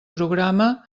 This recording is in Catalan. programa